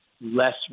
less